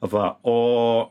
va o